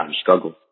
struggle